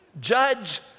judge